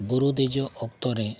ᱵᱩᱨᱩ ᱫᱮᱡᱚᱜ ᱚᱠᱛᱚ ᱨᱮ